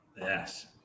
Yes